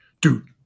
dude